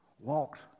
walked